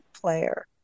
player